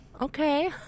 okay